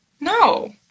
no